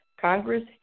Congress